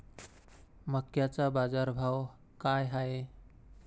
मक्याचा बाजारभाव काय हाय?